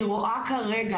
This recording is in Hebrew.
אני רואה כרגע,